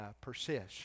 Persist